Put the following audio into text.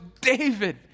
David